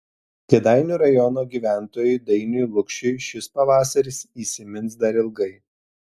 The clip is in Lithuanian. kėdainių rajono gyventojui dainiui lukšiui šis pavasaris įsimins dar ilgai